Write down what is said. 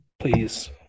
Please